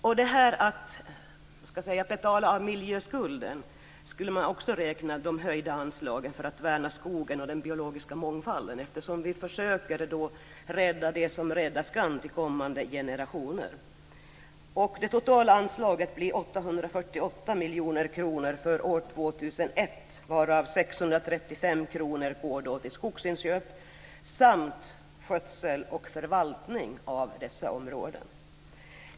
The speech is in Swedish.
Till det här att betala av miljöskulden skulle man också kunna räkna de höjda anslagen för att värna skogen och den biologiska mångfalden eftersom vi försöker rädda det som räddas kan till kommande generationer. Det totala anslaget blir 848 miljoner kronor för år 2001, varav 635 miljoner kronor går till skogsinköp samt skötsel och förvaltning av dessa områden.